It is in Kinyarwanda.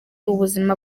ubuzima